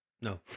No